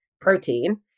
protein